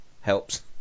helps